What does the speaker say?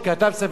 יש בזה בעיה,